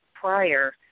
prior